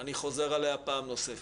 אני חוזר עליה פעם נוספת,